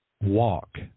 walk